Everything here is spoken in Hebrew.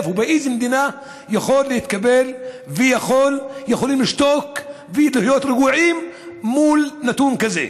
באיזו מדינה זה יכול להתקבל ויכולים לשתוק ולהיות רגועים מול נתון כזה?